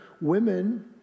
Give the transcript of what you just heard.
women